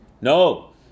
No